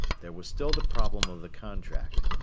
there was still the problem of the contract.